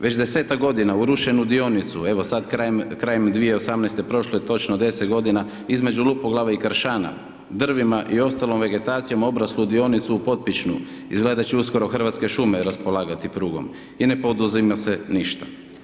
Već 10-tak godina urušen u dionicu, evo sada krajem 2018. prošlo je točno 10 g. između Lupoglave i Kršana, drvima i ostalom vegetacijom obraslu dionicu u Potpišnu, izgleda da će uskoro Hrvatske šume raspolagati prugom i ne poduzima se ništa.